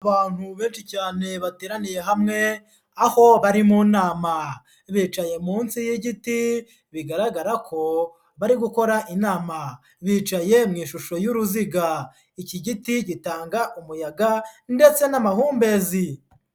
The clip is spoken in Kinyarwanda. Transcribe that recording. Abantu benshi cyane bateraniye hamwe aho bari mu nama, bicaye munsi y'igiti bigaragara ko bari gukora inama, bicaye mu ishusho y'uruziga, iki giti gitanga umuyaga ndetse n'amahumbezi.